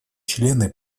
члены